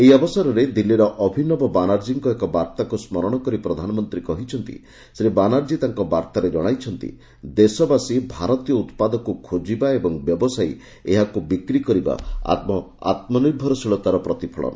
ଏହି ଅବସରରେ ଦିଲ୍ଲୀର ଅଭିନବ ବାନାର୍ଜୀଙ୍କ ଏକ ବାର୍ତ୍ତାକୁ ସ୍କରଣ କରି ପ୍ରଧାନମନ୍ତ୍ରୀ କହିଛନ୍ତି ଶ୍ରୀ ବାନାର୍କୀ ତାଙ୍କ ବାର୍ତ୍ତାରେ ଜଣାଇଛନ୍ତି ଦେଶବାସୀ ଭାରତୀୟ ଉତ୍ପାଦକୁ ଖୋଜିବା ଏବଂ ବ୍ୟବସାୟୀ ଏହାକୁ ବିକ୍ରି କରିବା ଆମ ଆମ୍ନିର୍ଭରଶୀଳତାର ପ୍ରତିଫଳନ